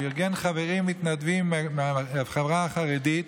הוא ארגן חברים מתנדבים מהחברה החרדית